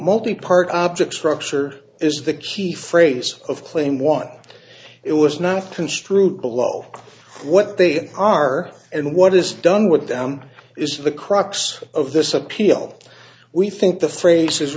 multipart object structure is the key phrase of claim one it was not construed below what they are and what is done with them is the crux of this appeal we think the phrase is